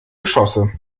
geschosse